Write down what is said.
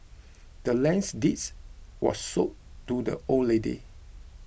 the land's deeds was sold to the old lady